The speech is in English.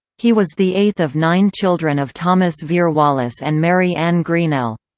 he was the eighth of nine children of thomas vere wallace and mary anne greenell.